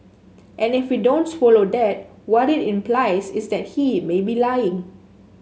and if we don't swallow that what it implies is that he may be lying